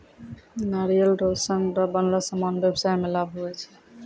नारियल रो सन रो बनलो समान व्याबसाय मे लाभ हुवै छै